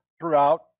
throughout